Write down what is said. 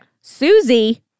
Susie